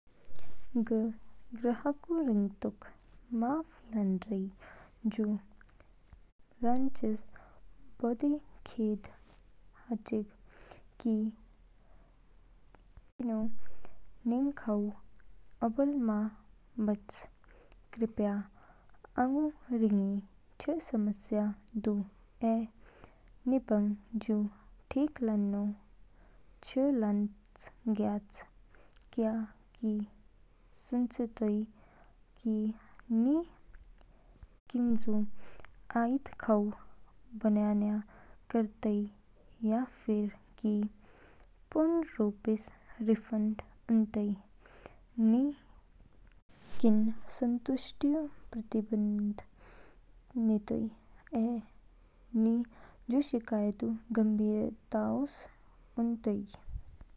ग ग्राहक रिगतोक। माफ़ लानरई, जू रनचिस बोदी खेद हाचिंग कि किनू निंग खाऊ अबोल मा बच। कृपया आंगू रिंगी छ समस्या दू ऐ निपंग जू ठीक लानो छ लान ज्ञाच। क्या कि सुचेतोई कि नि किजू आईद खाऊ बनयानया करताई या फिर कि पूर्ण रूपीस रिफंड उनतेई? नि किन संतुष्टिऊ प्रतिबद्ध नितोई ऐ नि जू शिकायतऊ गंभीरतास उनतोई।